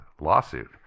lawsuit